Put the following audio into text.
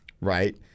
right